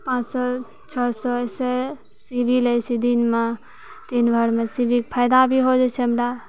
पाँच सए छओ सए एहिसे सी भी लै छी दिनमे दिन भरिमे सी के फायदा भी हो जाइ छै हमरा